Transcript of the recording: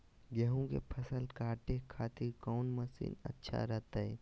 गेहूं के फसल काटे खातिर कौन मसीन अच्छा रहतय?